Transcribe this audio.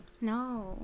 No